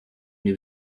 new